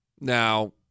Now